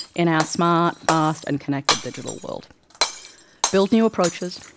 in our smart, fast and connected digital world build new approaches,